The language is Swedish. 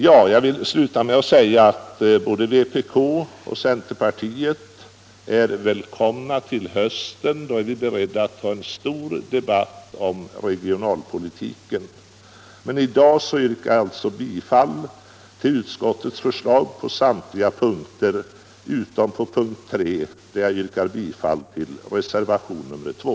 Jag vill sluta med att säga att både vpk och centerpartiet är välkomna åter till hösten. Då är vi beredda att ta en stor debatt om regionalpolitiken. I dag yrkar jag alltså bifall till utskottets förslag på alla punkter utom punkten 3, där jag yrkar bifall till reservationen 2.